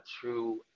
true